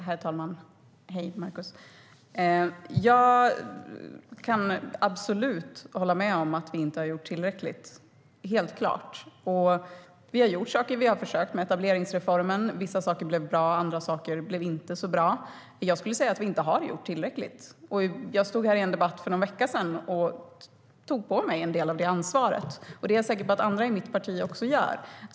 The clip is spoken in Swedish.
Herr talman! Hej Markus! Jag kan absolut hålla med om att vi inte har gjort tillräckligt. Det är helt klart. Vi har gjort saker - vi har försökt med etableringsreformen - och vissa saker blev bra. Andra saker blev inte så bra. Jag skulle säga att vi inte har gjort tillräckligt. Jag stod här i en debatt för någon vecka sedan och tog på mig en del av det ansvaret, och det är jag säker på att andra i mitt parti också gör.